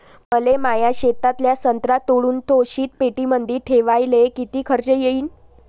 मले माया शेतातला संत्रा तोडून तो शीतपेटीमंदी ठेवायले किती खर्च येईन?